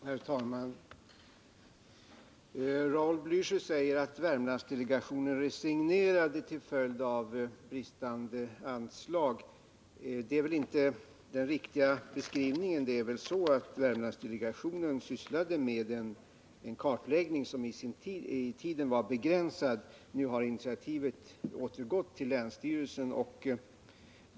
Herr talman! Raul Blächer säger att Värmlandsdelegationen resignerade till följd av bristande anslag, men det är nog inte en riktig beskrivning. Värmlandsdelegationen sysslade med en kartläggning som i tiden var begränsad, och nu har initiativet återgått till länsstyrelsen.